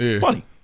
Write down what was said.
funny